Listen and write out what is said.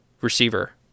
receiver